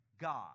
God